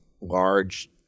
large